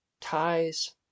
ties